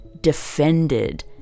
defended